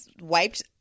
wiped